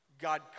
God